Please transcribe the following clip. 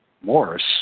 Morris